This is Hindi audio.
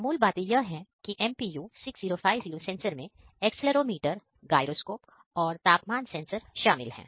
तो मूल बातें यह है कि MPU 6050 सेंसर में एक्सीलरोमीटर और तापमान सेंसर शामिल है